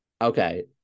Okay